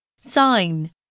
sign